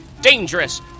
dangerous